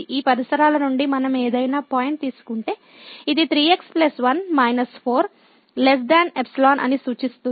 ఈ పరిసరాల నుండి మనం ఏదైనా పాయింట్ తీసుకుంటే ఇది | 3 x 1 −4 | ϵ అని సూచిస్తుంది